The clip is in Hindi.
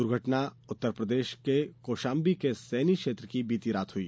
दुर्घटना उत्तर प्रदेश में कौशाम्बी के सैनी ैक्षेत्र में बीती रात हुई